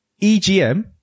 EGM